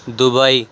Dubai